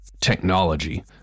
technology